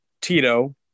Tito